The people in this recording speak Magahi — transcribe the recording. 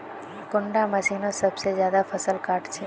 कुंडा मशीनोत सबसे ज्यादा फसल काट छै?